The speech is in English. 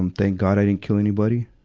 um thank god i didn't kill anybody.